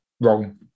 wrong